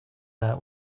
out